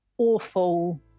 awful